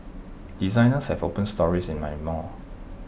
designers have opened stores in my mall